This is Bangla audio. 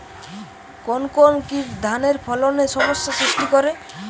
কোন কোন কীট ধানের ফলনে সমস্যা সৃষ্টি করে?